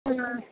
ആ